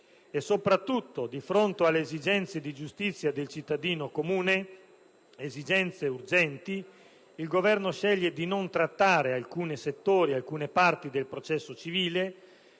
Soprattutto, di fronte alle esigenze di giustizia del cittadino comune (esigenze urgenti), il Governo sceglie di non trattare alcune parti del processo civile,